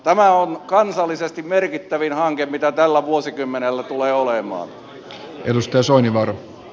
tämä on kansallisesti merkittävin hanke mitä tällä vuosikymmenellä tulee olemaan